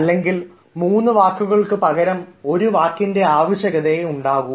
അല്ലെങ്കിൽ മൂന്ന് വാക്കുകൾക്ക് പകരം ഒരു വാക്കിൻറെ ആവശ്യകതയെ ഉണ്ടാകൂ